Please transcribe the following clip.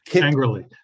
Angrily